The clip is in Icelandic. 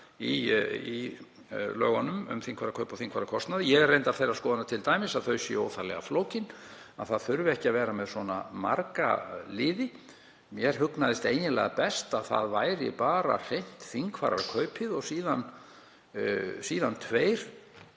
í lögunum um þingfararkaup og þingfararkostnað. Ég er reyndar þeirrar skoðunar t.d. að þau séu óþarflega flókin, að það þurfi ekki að vera með svona marga liði. Mér hugnaðist eiginlega best að það væri bara hreint þingfararkaup og síðan tveir